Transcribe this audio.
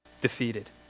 Defeated